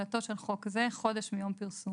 החלטנו בשלב זה לא להכניס את הדברים האלה לחוק ולהסתפק